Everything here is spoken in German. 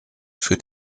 für